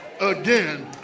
again